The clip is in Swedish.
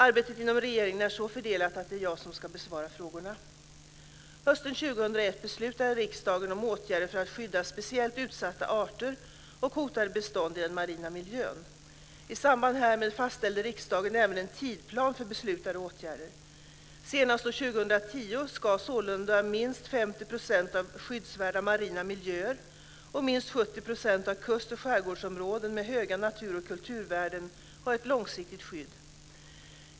Arbetet inom regeringen är så fördelat att det är jag som ska besvara frågorna. Hösten 2001 beslutade riksdagen om åtgärder för att skydda speciellt utsatta arter och hotade bestånd i den marina miljön. I samband härmed fastställde riksdagen även en tidsplan för beslutade åtgärder. Senast år 2010 ska sålunda minst 50 % av skyddsvärda marina miljöer och minst 70 % av kust och skärgårdsområden med höga natur och kulturvärden ha ett långsiktigt skydd.